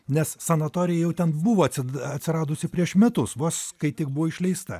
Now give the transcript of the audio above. nes sanatorija jau ten buvo atsid atsiradusi prieš metus vos kai tik buvo išleista